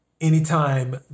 anytime